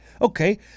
Okay